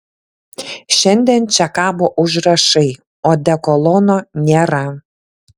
šiandien čia kabo užrašai odekolono nėra